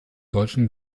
deutschen